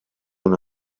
una